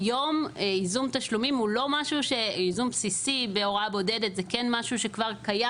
ייזום בסיסי בהוראה בודדת הוא כן משהו שכבר קיים